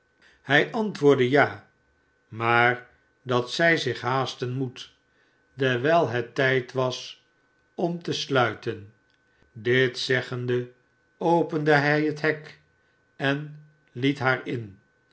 hij antwoordde ja maar dat zij zich haasten moest dewijl w man en vrouw het tijd was om te sluiten dit zeggende opende hij het hek en liet haar in